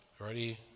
already